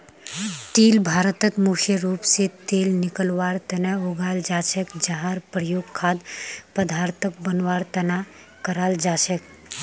तिल भारतत मुख्य रूप स तेल निकलवार तना उगाल जा छेक जहार प्रयोग खाद्य पदार्थक बनवार तना कराल जा छेक